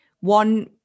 one